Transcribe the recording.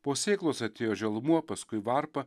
po sėklos atėjo želmuo paskui varpa